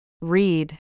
Read